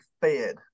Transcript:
fed